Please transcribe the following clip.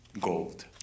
gold